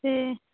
ਅਤੇ